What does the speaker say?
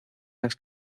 las